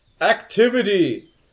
activity